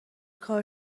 کار